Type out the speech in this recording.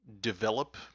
develop